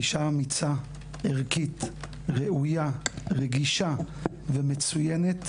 את אישה אמיצה, ערכית, ראויה, רגישה ומצוינת,